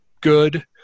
good